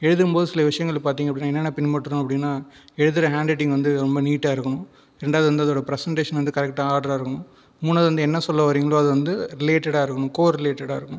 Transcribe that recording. எழுதும்போது சில விஷயங்கள் பார்த்தீங்க அப்படினால் என்னென்ன பின்பற்றணும் அப்படினா எழுதுகிற ஹேண்ட் ரைட்டிங் வந்து ரொம்ப நீட்டாக இருக்கணும் ரெண்டாவது வந்து அதோடய ப்ரசென்டேஷன் வந்து கரெக்டான ஆர்டராக இருக்கணும் மூணாவது வந்து என்ன சொல்ல வரீங்களோ அது வந்து ரிலேட்டடாக இருக்கணும் கோ ரிலேட்டடாக இருக்கணும்